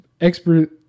expert